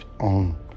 on